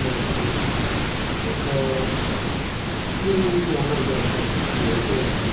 okay एक तीन जोवणां जीं आसात तीं वॅज धाडात